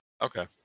Okay